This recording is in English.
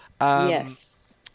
Yes